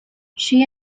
she